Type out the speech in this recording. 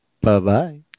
Bye-bye